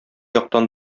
яктан